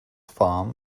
farm